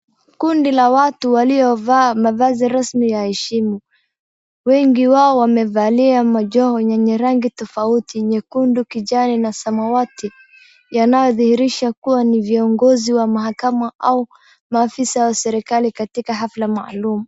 Kundi la watu waliovaa mavazi rasmi ya heshima wengi wao wamevalia majoho yenye rangi tofauti nyekundu, kijani na samawati yanayodhihirisha kuwa ni viongozi wa mahakama au maafisa wa serekali katika hafla maalum.